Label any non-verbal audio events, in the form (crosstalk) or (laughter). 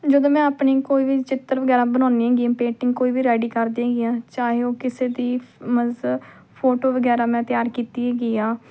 ਜਦੋਂ ਮੈਂ ਆਪਣੀ ਕੋਈ ਵੀ ਚਿੱਤਰ ਵਗੈਰਾ ਬਣਾਉਂਦੀ ਹੈਗੀ ਪੇਟਿੰਗ ਕੋਈ ਵੀ ਰੈਡੀ ਕਰਦੀ ਹੈਗੀ ਹਾਂ ਚਾਹੇ ਉਹ ਕਿਸੇ ਦੀ (unintelligible) ਫੋਟੋ ਵਗੈਰਾ ਮੈਂ ਤਿਆਰ ਕੀਤੀ ਹੈਗੀ ਹਾਂ